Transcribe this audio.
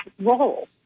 role